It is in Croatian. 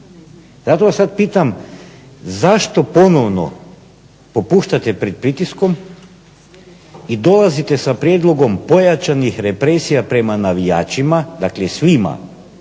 Zato vas sad pitam zašto ponovno popuštate pred pritiskom i dolazite sa prijedlogom pojačanih represija prema navijačima, dakle svima,